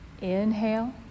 Inhale